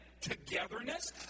togetherness